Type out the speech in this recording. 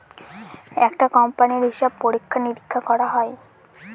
একটা কোম্পানির হিসাব পরীক্ষা নিরীক্ষা করা হয়